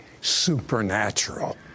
supernatural